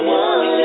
one